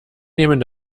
nehmen